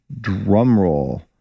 drumroll